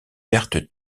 pertes